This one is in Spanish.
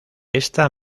esta